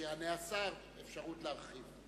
כשיענה השר תקבל אפשרות להרחיב.